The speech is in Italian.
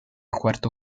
quarto